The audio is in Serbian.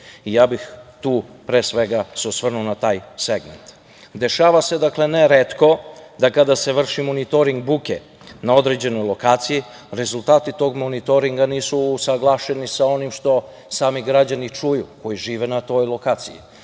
objekata. Pre svega bih se osvrnuo na taj segment. Dešava se neretko da kada se vrši monitoring buke na određenoj lokaciji, rezultati tog monitoringa nisu usaglašeni sa onim što sami građani čuju koji žive na toj lokaciji,